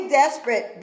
desperate